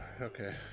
okay